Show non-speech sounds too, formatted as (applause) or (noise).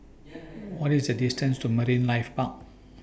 (noise) What IS The distance to Marine Life Park